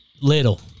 little